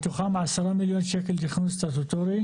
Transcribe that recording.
מתוכם 10 מיליון שקל תכנון סטטוטורי,